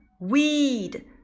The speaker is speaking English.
weed